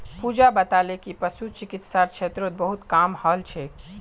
पूजा बताले कि पशु चिकित्सार क्षेत्रत बहुत काम हल छेक